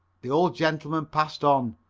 the old gentleman passed on,